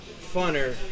funner